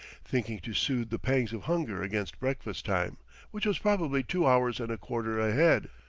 thinking to soothe the pangs of hunger against breakfast-time which was probably two hours and a quarter ahead.